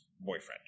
boyfriend